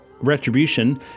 Retribution